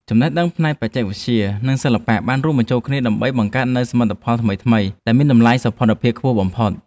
ចំណេះដឹងផ្នែកបច្ចេកវិទ្យា និង សិល្បៈបានរួមបញ្ចូលគ្នាដើម្បីបង្កើតនូវសមិទ្ធផលថ្មីៗដែលមានតម្លៃសោភ័ណភាពខ្ពស់បំផុត។